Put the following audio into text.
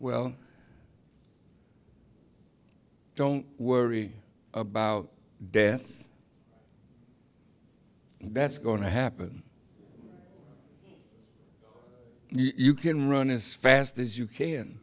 well don't worry about death that's going to happen you can run as fast as you ca